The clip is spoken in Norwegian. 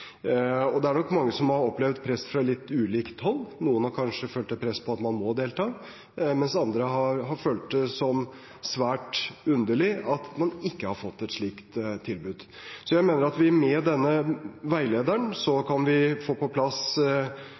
Det er nok mange som har opplevd press fra litt ulike hold. Noen har kanskje følt et press om at de må delta, mens andre har følt det som svært underlig at man ikke har fått et slikt tilbud. Jeg mener at vi med denne veilederen kan få på plass